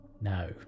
no